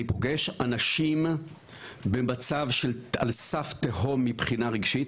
אני פוגש אנשים במצב של על סף תהום מבחינה רגשית,